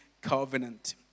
covenant